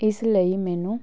ਇਸ ਲਈ ਮੈਨੂੰ